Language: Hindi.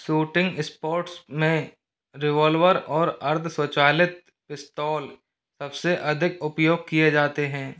शूटिंग स्पोर्ट्स में रिवॉल्वर और अर्ध स्वचलित पिस्तौल सबसे अधिक उपयोग किए जाते हैं